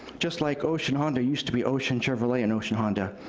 just like ocean honda used to be ocean chevrolet and ocean honda.